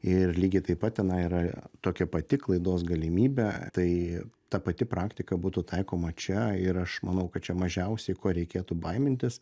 ir lygiai taip pat tenai yra tokia pati klaidos galimybė tai ta pati praktika būtų taikoma čia ir aš manau kad čia mažiausiai ko reikėtų baimintis